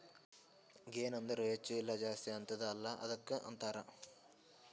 ಗೆನ್ ಅಂದುರ್ ಹೆಚ್ಚ ಇಲ್ಲ ಜಾಸ್ತಿ ಆತ್ತುದ ಅಲ್ಲಾ ಅದ್ದುಕ ಅಂತಾರ್